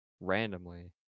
Randomly